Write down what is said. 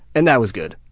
and that was good.